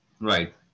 right